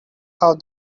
how